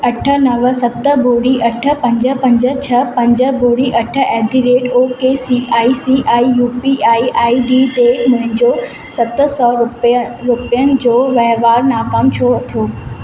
अठ नव सत ॿुड़ी अठ पंज पंज छह पंज ॿुड़ी अठ at the rate okay C I C I U P I I D ते इन्हनि जो सत सौ रुपया रुपयनि जो वहिंवारु नाकाम छो थियो